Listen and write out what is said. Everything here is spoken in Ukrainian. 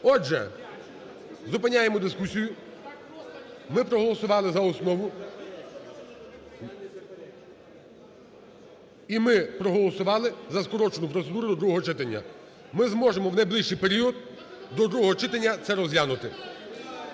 Отже, зупиняємо дискусію, ми проголосували за основу і ми проголосували за скорочену процедуру до другого читання. Ми зможемо в найближчий період до другого читання це розглянути.